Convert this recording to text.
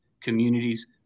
communities